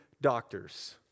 doctors